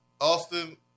Austin